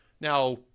Now